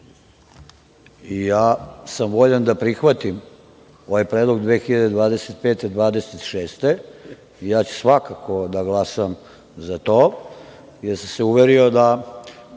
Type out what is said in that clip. Ja sam voljan da prihvatim ovaj predlog 2025-2026. godine, ja ću svakako da glasam za to, jer sam se uverio da